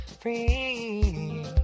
Free